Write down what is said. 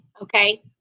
Okay